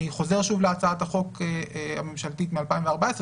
אני חוזר שוב להצעת החוק הממשלתית מ-2014,